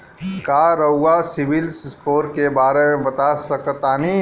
का रउआ सिबिल स्कोर के बारे में बता सकतानी?